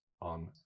on